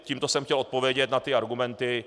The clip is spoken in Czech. Tímto jsem chtěl odpovědět na ty argumenty.